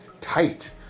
tight